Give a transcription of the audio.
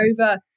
over